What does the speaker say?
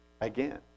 again